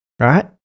Right